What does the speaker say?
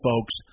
folks